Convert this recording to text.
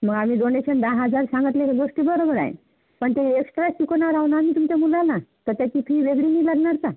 मग आम्ही डोनेशन दहा हजार सांगितलेली ही गोष्टी बरोबर आहे पण ते एक्सट्रा शिकवणार आहो ना आम्ही तुमच्या मुलाला त्याची फी वेगळी नाही भरणार का